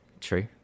True